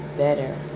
better